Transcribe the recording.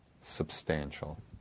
substantial